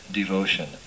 devotion